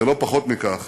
ולא פחות מכך